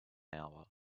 hour